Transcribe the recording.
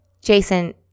Jason